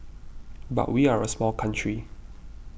but we are a small country